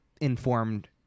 informed